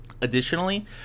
Additionally